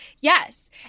Yes